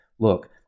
Look